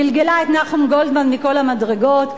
גלגלה את נחום גולדמן מכל המדרגות,